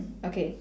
okay